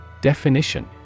Definition